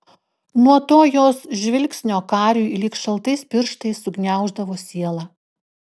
nuo to jos žvilgsnio kariui lyg šaltais pirštais sugniauždavo sielą